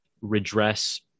redress